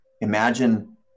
imagine